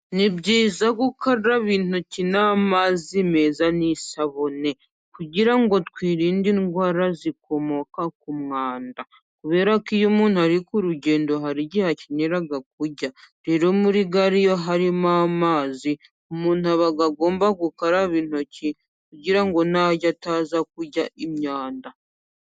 Ni byiza gukaraba intoki n'amazi meza n'isabune. Kugira ngo twirinde indwara zikomoka ku mwanda. Kubera ko iyo umuntu ari ku rugendo hari igihe akenera kurya. Rero muri gare iyo harimo amazi, umuntu aba agomba gukaraba intoki, kugira ngo narya ataza kurya imyanda.